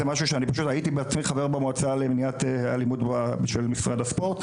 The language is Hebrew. אני הייתי בעצמי חבר במועצה למניעת אלימות של משרד הספורט,